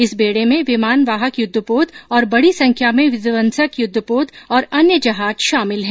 इस बेड़े में विमानवाहक युद्धपोत और बड़ी संख्या में विध्वंसक युद्धपोत और अन्य जहाज शामिल हैं